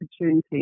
opportunity